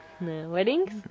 Weddings